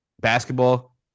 basketball